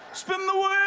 spin the wheel!